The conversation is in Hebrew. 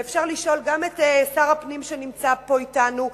ואפשר לשאול גם את שר הפנים שנמצא פה אתנו,